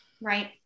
Right